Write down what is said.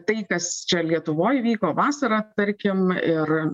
tai kas čia lietuvoj vyko vasarą tarkim ir